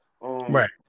Right